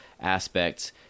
aspects